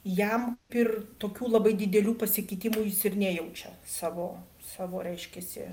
jam ir tokių labai didelių pasikeitimų jis ir nejaučia savo savo reiškiasi